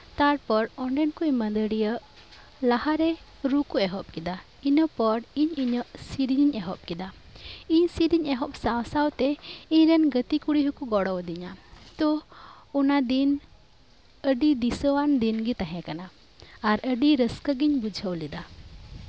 ᱛᱟᱨᱯᱚᱨ ᱚᱸᱰᱮᱱ ᱠᱚ ᱢᱟᱹᱫᱟᱹᱲᱤᱭᱟᱹ ᱞᱟᱦᱟᱨᱮ ᱨᱩ ᱠᱚ ᱮᱦᱚᱵ ᱠᱮᱫᱟ ᱤᱱᱟᱹ ᱯᱚᱨ ᱤᱧ ᱤᱧᱟᱹᱜ ᱥᱮᱹᱨᱮᱹᱧ ᱤᱧ ᱮᱦᱚᱵ ᱠᱮᱫᱟ ᱤᱧ ᱥᱮᱹᱨᱮᱹᱧ ᱮᱦᱚᱵ ᱥᱟᱶ ᱥᱟᱶ ᱛᱮ ᱤᱧ ᱨᱮᱱ ᱜᱟᱛᱮ ᱠᱩᱲᱤ ᱦᱚᱸᱠᱚ ᱜᱚᱲᱚ ᱟᱹᱫᱤᱧᱟ ᱛᱚ ᱚᱱᱟ ᱫᱤᱱ ᱟᱹᱰᱤ ᱫᱤᱥᱟᱹ ᱟᱱ ᱫᱤᱱ ᱜᱮ ᱛᱟᱦᱮᱸ ᱠᱟᱱᱟ ᱟᱨ ᱟᱹᱰᱤ ᱨᱟᱹᱥᱠᱟᱹ ᱜᱤᱧ ᱵᱩᱡᱷᱟᱹᱣ ᱞᱮᱫᱟ